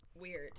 weird